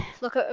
look